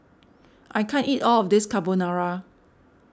I can't eat all of this Carbonara